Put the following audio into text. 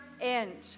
end